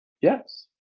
Yes